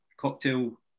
cocktail